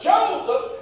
Joseph